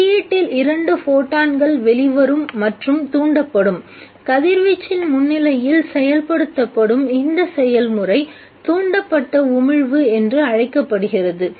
வெளியீட்டில் இரண்டு ஃபோட்டான்கள் வெளிவரும் மற்றும் தூண்டப்படும் கதிர்வீச்சின் முன்னிலையில் செயல்படுத்தப்படும் இந்த செயல்முறை தூண்டப்பட்ட உமிழ்வு என்று அழைக்கப்படுகிறது